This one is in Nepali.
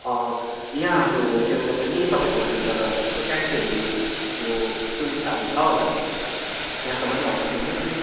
अँ यहाँ हाम्रो होटेलबाट नि तपाईँको होटलबाट यसो ट्याक्सीहरूको सुबिस्ताहरू छ होला त्यहाँसम्म लगिदिनु नि